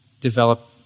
develop